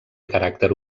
caràcter